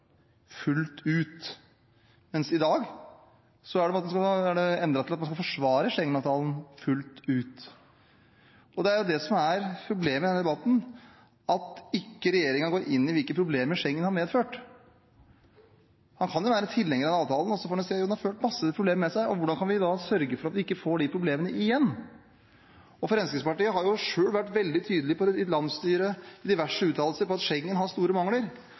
fullt ut. Men i dag er det faktisk endret til at vi skal forsvare Schengen-avtalen fullt ut. Og det er jo det som er problemet i denne debatten, at regjeringen ikke går inn i hvilke problemer som Schengen-avtalen har medført. Man kan jo være tilhenger av avtalen, og så ser vi at den har ført mange problemer med seg, og hvordan kan vi da sørge for at vi ikke får de problemene igjen? Fremskrittspartiet har selv vært veldig tydelig i sitt landsstyre med diverse uttalelser om at Schengen-avtalen har store mangler,